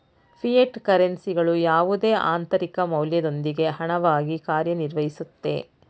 fiat ಕರೆನ್ಸಿಗಳು ಯಾವುದೇ ಆಂತರಿಕ ಮೌಲ್ಯದೊಂದಿಗೆ ಹಣವಾಗಿ ಕಾರ್ಯನಿರ್ವಹಿಸುತ್ತೆ